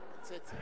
יוצא.